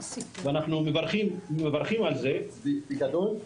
ואנחנו מברכים על זה בגדול,